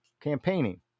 campaigning